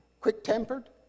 Quick-tempered